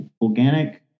organic